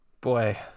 Boy